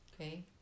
Okay